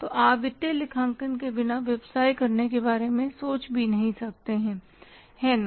तो आप वित्तीय लेखांकन के बिना व्यवसाय करने के बारे में सोच भी नहीं सकते है ना